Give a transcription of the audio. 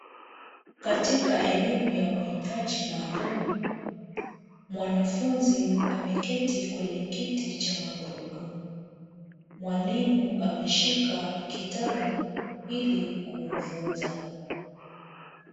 Katika elimu ya mahitaji maalum mwanafunzi ameketi kwenye kiti cha magurudumu. Mwalimu ameshika kitabu ili kumfunza.